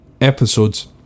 episodes